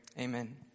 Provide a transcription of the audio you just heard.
Amen